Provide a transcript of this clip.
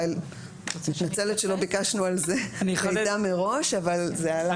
אני מתנצלת שלא ביקשנו על זה מידע מראש אבל זה עלה.